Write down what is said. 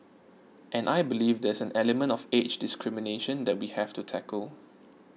and I believe there's an element of age discrimination that we have to tackle